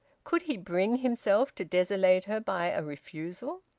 could he bring himself to desolate her by a refusal?